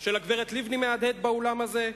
של הגברת לבני מהדהד באולם הזה.